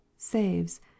saves